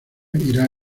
irá